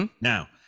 Now